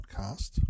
podcast